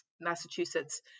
Massachusetts